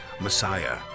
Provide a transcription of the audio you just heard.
Messiah